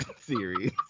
series